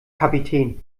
kapitän